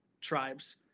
tribes